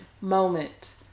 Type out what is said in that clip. moment